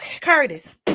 Curtis